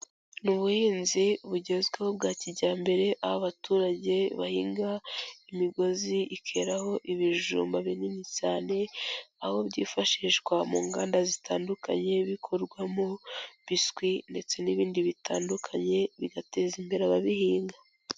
Ni ubuhinzi bugezweho bwa kijyambere aho abaturage bahinga imigozi ikeraho ibijumba binini cyane aho byifashishwa mu nganda zitandukanye bikorwamo biswi ndetse n'ibindi bitandukanye, bigateza imbere ababihinga.